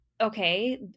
okay